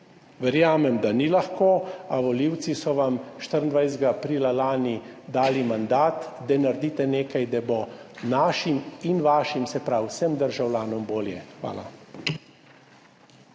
Verjamem, da ni lahko, a volivci so vam 24. aprila lani dali mandat, da naredite nekaj, da bo našim in vašim, se pravi vsem državljanom bolje. Hvala.